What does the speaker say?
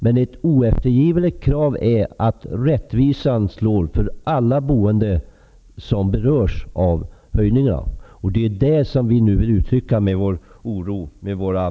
Men ett oeftergivligt krav är att det blir rättvist för alla de boende som berörs av höjningarna. Det är oron i det avseendet som vi vill ge uttryck för i våra inlägg här i dag.